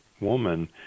woman